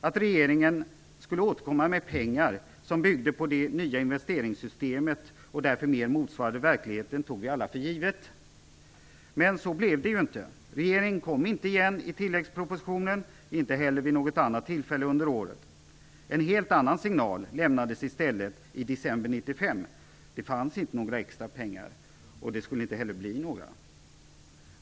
Att regeringen skulle återkomma med pengar, som byggde på det nya inventeringssystemet och därför mer motsvarade verkligheten, tog vi alla för givet. Men så blev det ju inte. Regeringen återkom inte i tilläggspropositionen och inte heller vid något annat tillfälle under året. En helt annan signal lämnades i stället i december 1995. Det fanns inte några extra pengar och det skulle inte heller bli några.